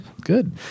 Good